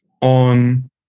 on